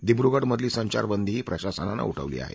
दिब्रुगढमधली संचारबंदीही प्रशासनानं उठवली आहे